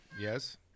Yes